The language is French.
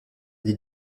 des